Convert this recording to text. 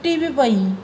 टुटी बि पई